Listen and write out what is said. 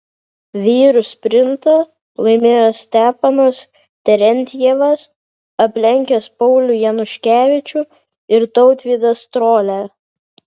vyrų sprintą laimėjo stepanas terentjevas aplenkęs paulių januškevičių ir tautvydą strolią